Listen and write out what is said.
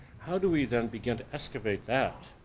how do we, then, begin to excavate that,